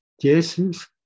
Jesus